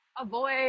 avoid